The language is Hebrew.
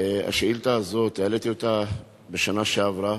העליתי את השאילתא הזאת בשנה שעברה,